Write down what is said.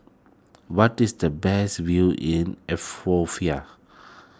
what is the best view in